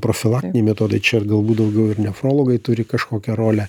profilaktiniai metodai čia ir galbūt daugiau ir nefrologai turi kažkokią rolę